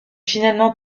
finalement